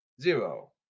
zero